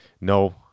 No